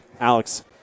Alex